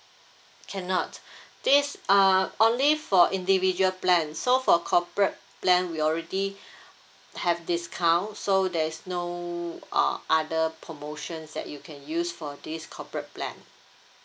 cannot this uh only for individual plans so for corporate plan we already have discount so there's no uh other promotions that you can use for this corporate plan